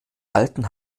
alten